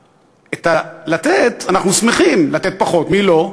לתת פחות אנחנו שמחים, מי לא?